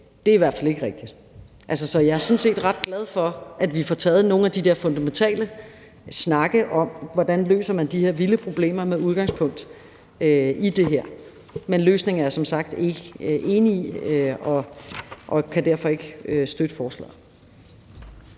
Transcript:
anden, i hvert fald ikke er rigtig. Så jeg er sådan set ret glad for, at vi får taget nogle af de der fundamentale snakke om, hvordan man løser de her vilde problemer, med udgangspunkt i det her. Men løsningen er jeg som sagt ikke enig i, og jeg kan derfor ikke støtte forslaget.